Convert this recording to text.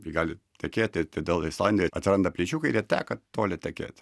ji gali tekėti todėl islandijoj atsiranda plyšiukai ir jie teka toli tekėti